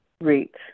reach